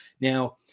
Now